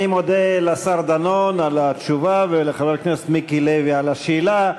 אני מודה לשר דנון על התשובה ולחבר הכנסת מיקי לוי על השאלה.